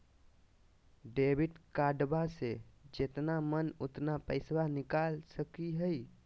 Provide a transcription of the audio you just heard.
Debit कार्डबा से जितना मन उतना पेसबा निकाल सकी हय?